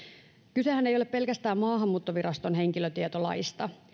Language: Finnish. kysehän ei ole pelkästään maahanmuuttoviraston henkilötietolaista